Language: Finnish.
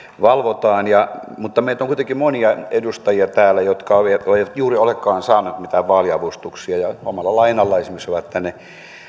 valvotaan mutta meitä on kuitenkin monia edustajia täällä jotka eivät juuri olekaan saaneet mitään vaaliavustuksia ja omalla lainalla esimerkiksi ovat tänne